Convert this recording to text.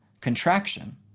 contraction